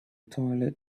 toilet